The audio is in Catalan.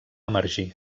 emergir